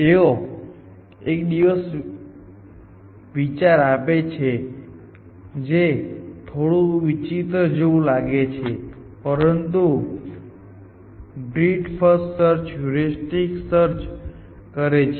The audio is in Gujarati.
તેઓ એક વિચાર આપે છે જે થોડું વિચિત્ર જેવું લાગે છે પરંતુ તે બ્રીથ ફર્સ્ટ હ્યુરિસ્ટિક સર્ચ કરે છે